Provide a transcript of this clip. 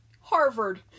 Harvard